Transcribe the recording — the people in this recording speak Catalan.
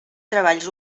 treballs